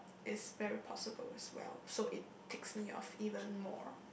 is very possible as well so it ticks me off even more